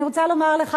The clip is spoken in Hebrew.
אני רוצה לומר לך,